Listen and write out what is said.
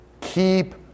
Keep